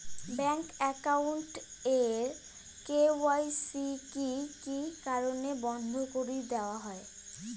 Bank account এর KYC কি কি কারণে বন্ধ করি দেওয়া হয়?